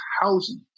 housing